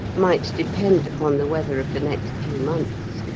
might depend upon the weather of the next few months.